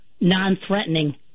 non-threatening